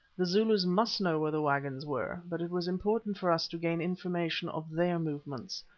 the zulus must know where the waggons were, but it was important for us to gain information of their movements.